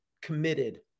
committed